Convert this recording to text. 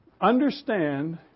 Understand